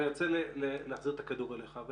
אני רוצה להחזיר את הכדור אליך.